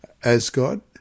Asgod